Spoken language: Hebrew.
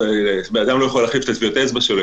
לשחזרו, ואדם לא יכול להחליף את טביעות האצבע שלו.